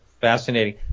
fascinating